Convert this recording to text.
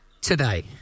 today